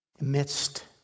amidst